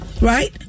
right